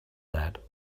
that